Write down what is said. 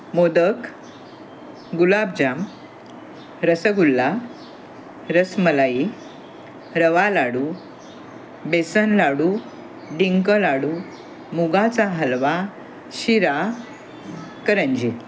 मोदक गुलाबजाम रसगुल्ला रसमलाई रवा लाडू बेसन लाडू डिंक लाडू मुगाचा हलवा शिरा करंजी